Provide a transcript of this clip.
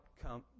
come